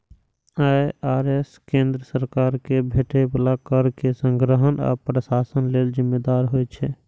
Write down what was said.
IRS केंद्र सरकार कें भेटै बला कर के संग्रहण आ प्रशासन लेल जिम्मेदार होइ छै